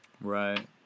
Right